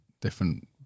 different